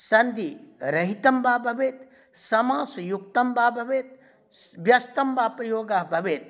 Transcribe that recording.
सन्धिरहितं वा भवेत् समासयुक्तं वा भवेत् व्यस्तं वा प्रयोगः भवेत्